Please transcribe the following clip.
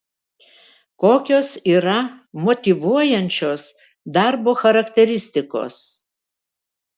kokios yra motyvuojančios darbo charakteristikos